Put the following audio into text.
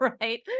right